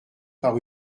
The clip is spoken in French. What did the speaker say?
par